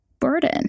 burden